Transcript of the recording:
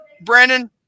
Brandon